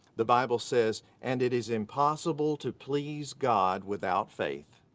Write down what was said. the bible says and it is impossible to please god without faith.